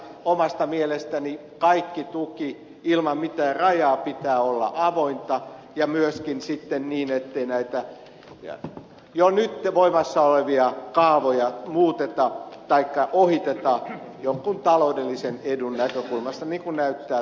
omasta mielestäni kaiken tuen ilman mitään rajaa pitää olla avointa ja myöskin sitten niin ettei näitä jo nyt voimassa olevia kaavoja muuteta taikka ohiteta jonkun taloudellisen edun näkökulmasta niin kuin näyttää tapahtuvan